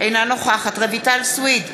אינה נוכחת רויטל סויד,